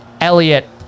elliot